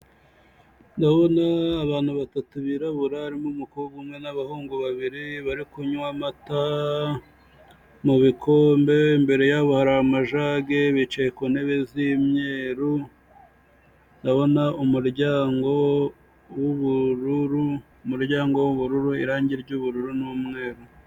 Ndabona abantu batatu birabura barimo umukobwa umwe n'abahungu babiri, bari kunywa amata mu bikombe, imbere yabo hari amajage, bicaye ku ntebe z'imyeru, ndabona umuryango w'ubururu, umuryango w'ubururu, irangi ry'ubururu n'umweru.